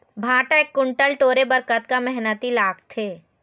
भांटा एक कुन्टल टोरे बर कतका मेहनती लागथे?